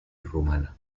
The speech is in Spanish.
rumana